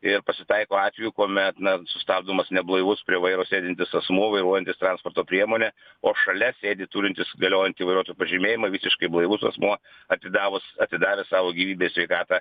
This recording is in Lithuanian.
ir pasitaiko atvejų kuomet na sustabdomas neblaivus prie vairo sėdintis asmuo vairuojantis transporto priemonę o šalia sėdi turintis galiojantį vairuotojo pažymėjimą visiškai blaivus asmuo atidavus atidavęs savo gyvybę ir sveikatą